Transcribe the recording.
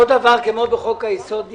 אותו דבר כמו בחוק היסוד,